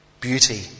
beauty